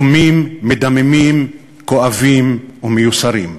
דומים, מדממים, כואבים ומיוסרים.